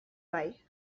bai